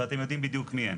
ואתם יודעים בדיוק מי הם.